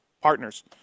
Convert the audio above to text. partners